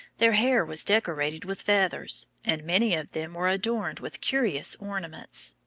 their hair was decorated with feathers, and many of them were adorned with curious ornaments.